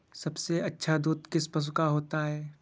सबसे अच्छा दूध किस पशु का होता है?